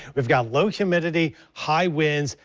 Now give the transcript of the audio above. we've got low humidity, high winds,